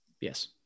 Yes